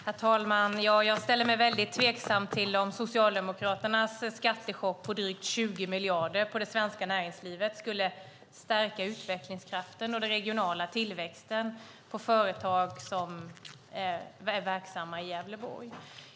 Herr talman! Jag ställer mig tveksam till om Socialdemokraternas skattechock på drygt 20 miljarder för det svenska näringslivet skulle stärka utvecklingskraften och den regionala tillväxten på företag som är verksamma i Gävleborg.